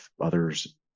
others